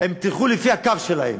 תלכו לפי הקו שלהם.